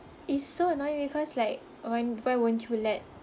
it's so annoying because like why why won't you let